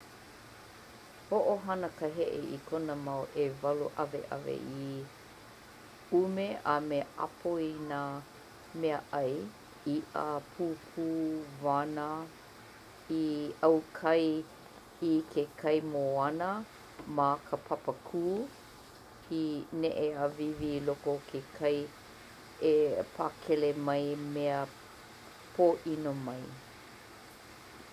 Ho'ohana ka he'e i kona mau 'ewalu 'awe'awe i 'ume a me 'apo i nā mea 'ai-i'a, pūpū, wana...i aukai i ke kai moana ma ka papakū...i ne'e awīwī i loko o ke kai e pākele mai mea pō'ino mai.